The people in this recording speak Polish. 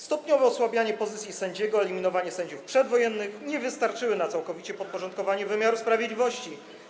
Stopniowe osłabianie pozycji sędziego i eliminowanie sędziów przedwojennych nie wystarczyły do całkowitego podporządkowania wymiaru sprawiedliwości.